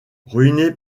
ruinée